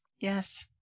Yes